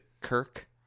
Kirk